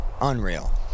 Unreal